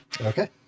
Okay